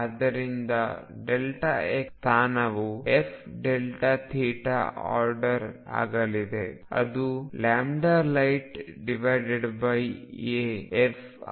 ಆದ್ದರಿಂದ x ಸ್ಥಾನವು f order ಆಗಲಿದೆ ಅದು lightaf ಆಗಿರುತ್ತದೆ